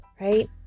Right